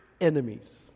enemies